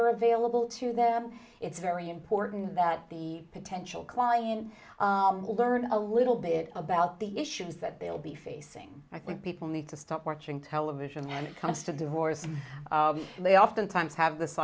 are available to them it's very important that the potential client learn a little bit about the issues that they'll be facing i think people need to stop watching television and it comes to divorce they oftentimes have this